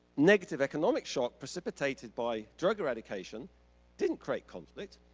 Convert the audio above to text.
negative economic shock precipitated by drug eradication didn't create conflict.